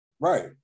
Right